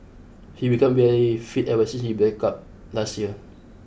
he became very fit ever since his breakup last year